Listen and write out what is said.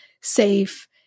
safe